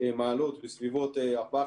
מעלות בסביבות ארבעה,